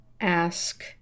ask